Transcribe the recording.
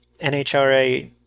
NHRA